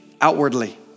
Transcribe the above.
outwardly